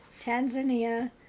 Tanzania